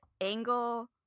angle